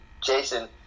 Jason